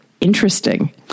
interesting